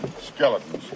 Skeletons